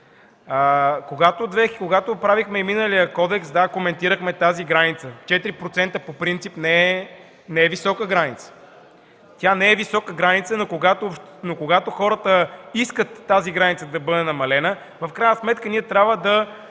Когато правихме миналия кодекс, коментирахме тази граница – 4% по принцип не е висока граница. Тя не е висока граница, но когато хората искат да бъде намалена, в крайна сметка трябва да